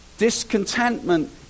discontentment